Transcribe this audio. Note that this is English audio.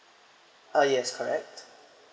uh yes correct